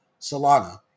Solana